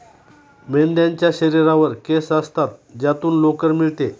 मेंढ्यांच्या शरीरावर केस असतात ज्यातून लोकर मिळते